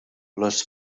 les